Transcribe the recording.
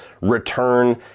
return